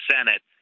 Senate